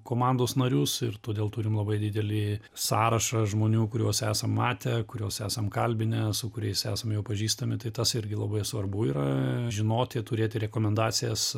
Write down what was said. komandos narius ir todėl turim labai didelį sąrašą žmonių kuriuos esam matę kurios esam kalbinę su kuriais esame jau pažįstami tai tas irgi labai svarbu yra žinoti turėti rekomendacijas